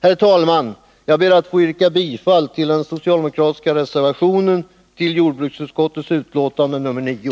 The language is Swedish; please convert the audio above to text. Herr talman! Jag ber att få yrka bifall till den socialdemokratiska reservationen vid jordbruksutskottets betänkande nr 9.